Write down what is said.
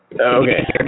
Okay